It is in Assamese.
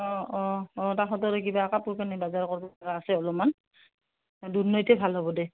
অঁ অঁ অঁ তাহাঁতৰ কিবা কাপোৰ কানি বজাৰ কৰো আছে অলপমান দুধনৈতে ভাল হ'ব দে